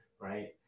right